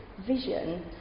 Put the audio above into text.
vision